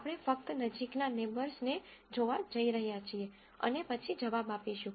આપણે ફક્ત નજીકના નેબર્સ ને જોવા જઇ રહ્યા છીએ અને પછી જવાબ આપીશું